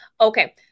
Okay